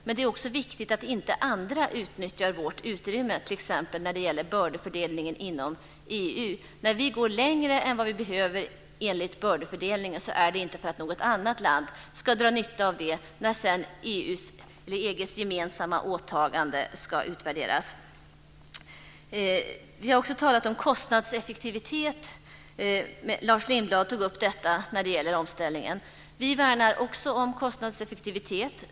Men det är också viktigt att inte andra utnyttjar vårt utrymme t.ex. när det gäller bördefördelningen inom EU. När vi går längre än vad vi behöver enligt bördefördelningen innebär det inte att något annat land ska dra nytta av det när sedan EG:s gemensamma åtagande ska utvärderas. Vi har också talat om kostnadseffektivitet. Lars Lindblad tog upp detta när det gäller omställningen. Vi värnar också kostnadseffektivitet.